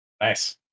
Nice